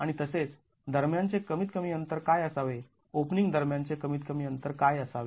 आणि तसेच दरम्यानचे कमीत कमी अंतर काय असावे ओपनिंग दरम्यानचे कमीत कमी अंतर काय असावे